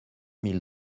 mille